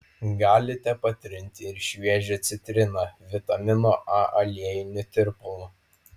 galite patrinti ir šviežia citrina vitamino a aliejiniu tirpalu